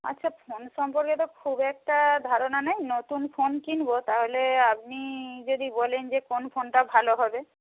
আচ্ছা ফোন সম্পর্কে তো খুব একটা ধারণা নেই নতুন ফোন কিনব তাহলে আপনি যদি বলেন যে কোন ফোনটা ভালো হবে